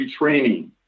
retraining